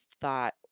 thought